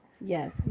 Yes